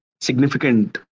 significant